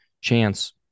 chance